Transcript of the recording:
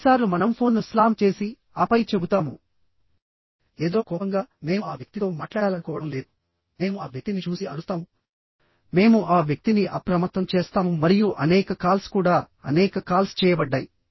ఎన్నిసార్లు మనం ఫోన్ను స్లామ్ చేసి ఆపై చెబుతాము ఏదో కోపంగామేము ఆ వ్యక్తితో మాట్లాడాలనుకోవడం లేదు మేము ఆ వ్యక్తిని చూసి అరుస్తాము మేము ఆ వ్యక్తిని అప్రమత్తం చేస్తాము మరియు అనేక కాల్స్ కూడాఅనేక కాల్స్ చేయబడ్డాయి